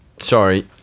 sorry